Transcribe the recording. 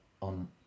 on